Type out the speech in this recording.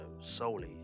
solely